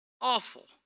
awful